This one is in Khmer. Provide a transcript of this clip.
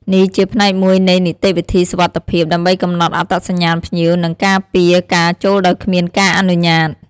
នេះជាផ្នែកមួយនៃនីតិវិធីសុវត្ថិភាព ដើម្បីកំណត់អត្តសញ្ញាណភ្ញៀវ និងការពារការចូលដោយគ្មានការអនុញ្ញាត។